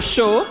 Show